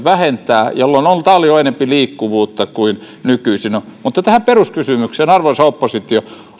helpompi vähentää jolloin on paljon enemmän liikkuvuutta kuin nykyisin on mutta tähän peruskysymykseen arvoisa oppositio